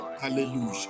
Hallelujah